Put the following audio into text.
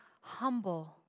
humble